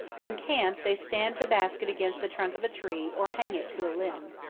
in camp, they stand the basket against the trunk of a tree or hang it to a limb.